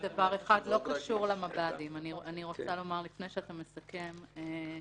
אני רוצה לומר לפני שאתה מסכם רק דבר אחד שלא קשור למב"דים.